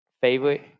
favorite